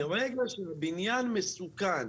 מרגע שהבניין מסוכן,